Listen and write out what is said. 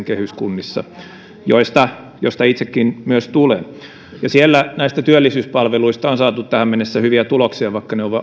kehyskunnissa mistä itsekin tulen siellä näistä työllisyyspalveluista on saatu tähän mennessä hyviä tuloksia vaikka ne